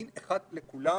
אחד הדברים